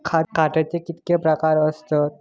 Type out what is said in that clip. खताचे कितके प्रकार असतत?